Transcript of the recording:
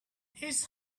his